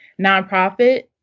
nonprofit